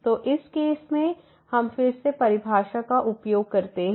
तो इस केस में हम फिर से परिभाषा का उपयोग करते हैं